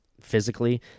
physically